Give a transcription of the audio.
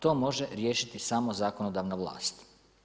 To može riješiti samo zakonodavna vlast.